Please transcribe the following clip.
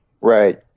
Right